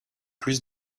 plus